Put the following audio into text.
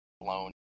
blown